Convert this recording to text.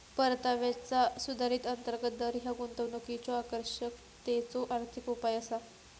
परताव्याचा सुधारित अंतर्गत दर ह्या गुंतवणुकीच्यो आकर्षकतेचो आर्थिक उपाय असा